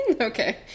okay